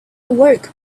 awoke